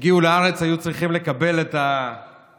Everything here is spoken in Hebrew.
הגיעו לארץ, היו צריכים לקבל את הפרס